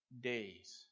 days